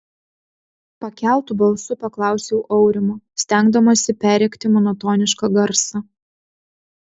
pakeltu balsu paklausiau aurimo stengdamasi perrėkti monotonišką garsą